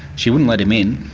she wouldn't let him in,